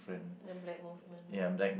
the black movement right